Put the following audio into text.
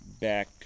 back